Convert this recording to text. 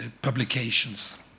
publications